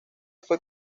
fue